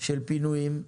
של פינויים.